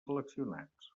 seleccionats